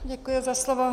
Děkuji za slovo.